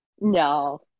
No